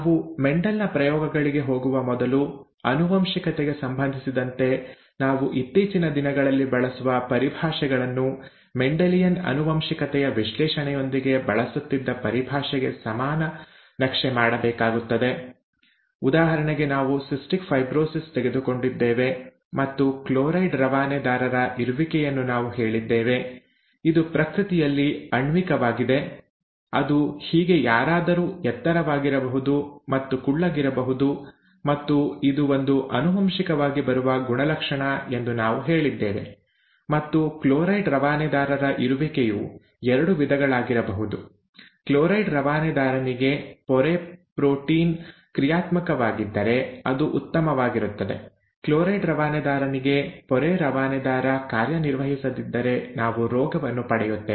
ನಾವು ಮೆಂಡೆಲ್ ನ ಪ್ರಯೋಗಗಳಿಗೆ ಹೋಗುವ ಮೊದಲು ಆನುವಂಶಿಕತೆಗೆ ಸಂಭಂದಿಸಿದಂತೆ ನಾವು ಇತ್ತೀಚಿನ ದಿನಗಳಲ್ಲಿ ಬಳಸುವ ಪರಿಭಾಷೆಗಳನ್ನು ಮೆಂಡೆಲಿಯನ್ ಆನುವಂಶಿಕತೆಯ ವಿಶ್ಲೇಷಣೆಯೊಂದಿಗೆ ಬಳಸುತ್ತಿದ್ದ ಪರಿಭಾಷೆಗೆ ಸಮಾನ ನಕ್ಷೆ ಮಾಡಬೇಕಾಗುತ್ತದೆ ಉದಾಹರಣೆಗೆ ನಾವು ಸಿಸ್ಟಿಕ್ ಫೈಬ್ರೋಸಿಸ್ ತೆಗೆದುಕೊಂಡಿದ್ದೇವೆ ಮತ್ತು ಕ್ಲೋರೈಡ್ ರವಾನೆದಾರರ ಇರುವಿಕೆಯನ್ನು ನಾವು ಹೇಳಿದ್ದೇವೆ ಇದು ಪ್ರಕೃತಿಯಲ್ಲಿ ಆಣ್ವಿಕವಾಗಿದೆ ಅದು ಹೀಗೆ ಯಾರಾದರೂ ಎತ್ತರವಾಗಿರಬಹುದು ಮತ್ತು ಕುಳ್ಳಗಿರಬಹುದು ಮತ್ತು ಇದು ಒಂದು ಆನುವಂಶಿಕವಾಗಿ ಬರುವ ಗುಣಲಕ್ಷಣ ಎಂದು ನಾವು ಹೇಳಿದ್ದೇವೆ ಮತ್ತು ಕ್ಲೋರೈಡ್ ರವಾನೆದಾರರ ಇರುವಿಕೆಯು ಎರಡು ವಿಧಗಳಾಗಿರಬಹುದು ಕ್ಲೋರೈಡ್ ರವಾನೆದಾರನಿಗಾಗಿ ಪೊರೆ ಪ್ರೋಟೀನ್ ಕ್ರಿಯಾತ್ಮಕವಾಗಿದ್ದರೆ ಅದು ಉತ್ತಮವಾಗಿರುತ್ತದೆ ಕ್ಲೋರೈಡ್ ರವಾನೆದಾರನಿಗಾಗಿ ಪೊರೆ ರವಾನೆದಾರ ಕಾರ್ಯನಿರ್ವಹಿಸದಿದ್ದರೆ ನಾವು ರೋಗವನ್ನು ಪಡೆಯುತ್ತೇವೆ